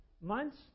months